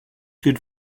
good